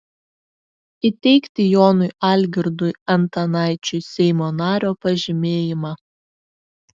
įteikti jonui algirdui antanaičiui seimo nario pažymėjimą